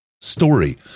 story